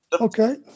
Okay